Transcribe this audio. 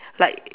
like